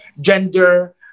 gender